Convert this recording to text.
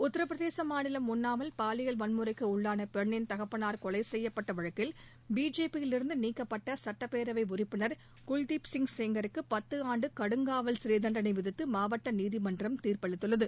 உத்திரபிரதேச மாநிலம் உன்னாவில் பாலியல் வன்முறைக்கு உள்ளான பெண்ணின் தகப்பனார் கொலை செய்யப்பட்ட வழக்கில் பிஜேபியிலிருந்து நீக்கப்பட்ட சுட்டப்பேரவை உறுப்பினர் குல்தீப் சிங் செங்காருக்கு பத்து ஆண்டு கடுங்காவல் சிறை தண்டனை விதித்து மாவட்ட நீதிமன்றம் தீர்ப்பளித்துள்ளது